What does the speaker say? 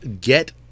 get